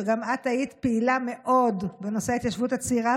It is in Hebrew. גם את היית פעילה מאוד בנושא ההתיישבות הצעירה,